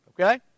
okay